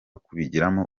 kubigiramo